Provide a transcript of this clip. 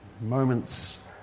Moments